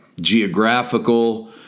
geographical